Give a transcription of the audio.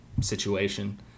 situation